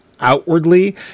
outwardly